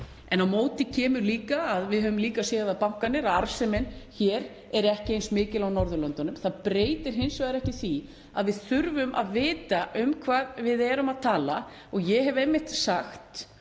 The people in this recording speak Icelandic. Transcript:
En á móti kemur að við höfum líka séð að arðsemi bankanna hér er ekki eins mikil og á Norðurlöndunum. Það breytir hins vegar ekki því að við þurfum að vita um hvað við erum að tala og ég hef einmitt sagt